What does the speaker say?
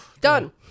done